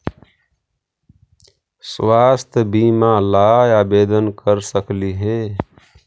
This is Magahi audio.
स्वास्थ्य बीमा ला आवेदन कर सकली हे?